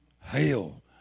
Hell